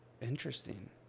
Interesting